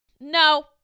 no